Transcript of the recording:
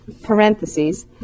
parentheses